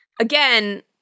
Again